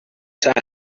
sat